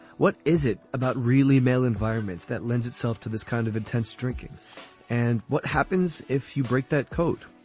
what is it about really male environments that lends itself to this kind of intense drinking and what happens if you break that code,